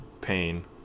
pain